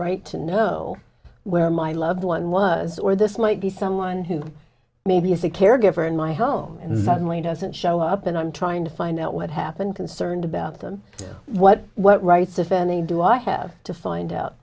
right to know where my loved one was or this might be someone who maybe is a caregiver in my home and the family doesn't show up and i'm trying to find out what happened concerned about them what what rights if any do i have to find out